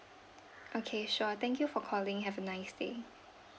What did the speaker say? okay sure thank you for calling have a nice day